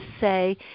say